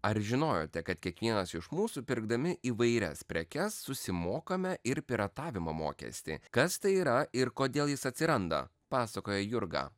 ar žinojote kad kiekvienas iš mūsų pirkdami įvairias prekes susimokame ir piratavimo mokestį kas tai yra ir kodėl jis atsiranda pasakoja jurga